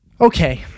Okay